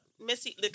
Missy